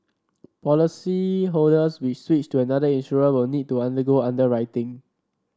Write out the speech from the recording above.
policyholders we switch to another insurer will need to undergo underwriting